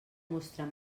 mostrar